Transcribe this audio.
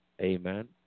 Amen